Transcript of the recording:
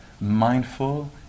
mindful